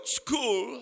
school